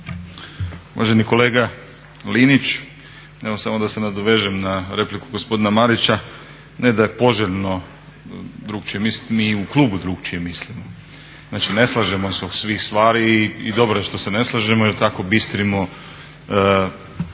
Uvaženi kolega Linić, evo samo da se nadovežem na repliku gospodina Marića. Ne da je poželjno drukčije misliti. Mi i u klubu drukčije mislimo, znači ne slažemo se oko svih stvari i dobro je što se ne slažemo jer tako bistrimo